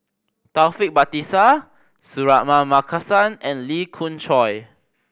Taufik Batisah Suratman Markasan and Lee Khoon Choy